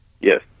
Yes